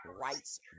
rights